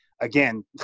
again